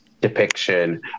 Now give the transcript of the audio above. depiction